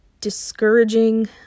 discouraging